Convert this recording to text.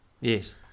Yes